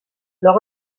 leur